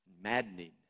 maddening